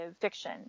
fiction